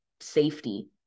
safety